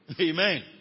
amen